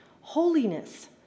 holiness